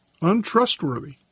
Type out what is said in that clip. untrustworthy